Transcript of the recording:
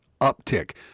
uptick